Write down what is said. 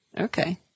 Okay